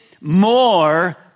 more